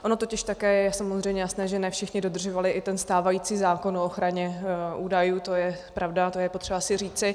Ono totiž také je samozřejmě jasné, že ne všichni dodržovali i stávající zákon o ochraně údajů, to je pravda, to je potřeba si říci.